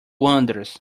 wanders